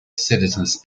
citizens